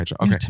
okay